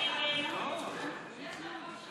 של חברי הכנסת סתיו